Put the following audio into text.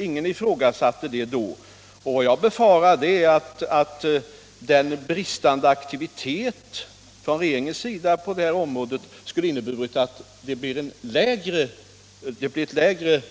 Ingen ifrågasatte det då, och jag befarar att det är regeringens bristande aktivitet på detta område som inneburit att man räknar med ett lägre